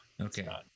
okay